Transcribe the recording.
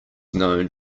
known